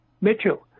Mitchell